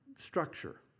structure